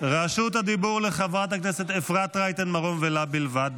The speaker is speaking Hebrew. רשות הדיבור לחברת הכנסת אפרת רייטן מרום ולה בלבד.